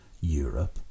Europe